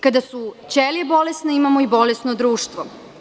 Kada su ćelije bolesne, imamo i bolesno društvo.